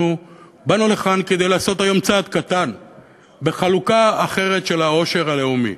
אנחנו באנו לכאן כדי לעשות היום צעד קטן בחלוקה אחרת של העושר הלאומי.